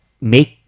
make